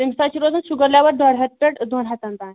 تٔمِس حظ چھ روزان شُگر لیوَل ڈاے ہَتھ پٮ۪ٹھ دۄن ہتَن تانۍ